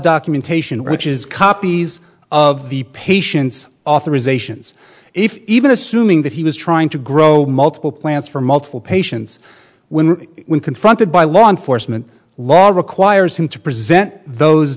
documentation which is copies of the patient's authorizations if even assuming that he was trying to grow multiple plants for multiple patients when confronted by law enforcement law requires him to present those